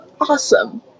Awesome